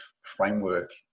framework